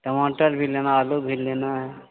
टमाटर भी लेना है आलू भी लेना है